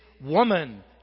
woman